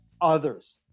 others